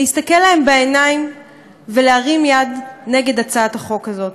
להסתכל להם בעיניים ולהרים יד נגד הצעת החוק הזאת?